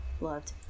loved